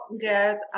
get